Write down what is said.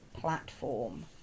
platform